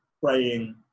praying